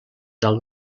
dalt